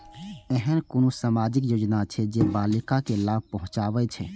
ऐहन कुनु सामाजिक योजना छे जे बालिका के लाभ पहुँचाबे छे?